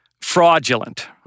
fraudulent